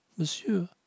Monsieur